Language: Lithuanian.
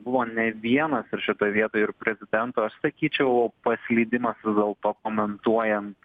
buvo ne vienas ir šitoj vietoj ir prezidento aš sakyčiau paslydimas vis dėlto komentuojant